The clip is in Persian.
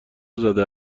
زده